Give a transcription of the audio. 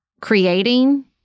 creating